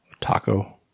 taco